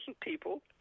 people